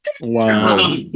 Wow